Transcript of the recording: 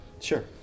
Sure